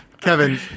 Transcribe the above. Kevin